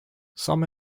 some